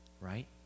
Right